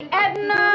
edna